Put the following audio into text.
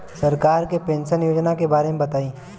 सरकार के पेंशन योजना के बारे में बताईं?